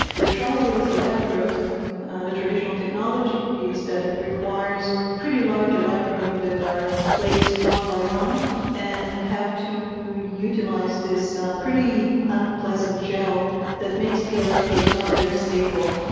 the trouble with these electrodes and the traditional technology is that it requires pretty large electrodes that are placed one by one and have to utilise this pretty unpleasant gel that makes the electrodes not very stable.